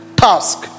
task